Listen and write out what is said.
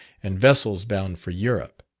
and vessels bound for europe.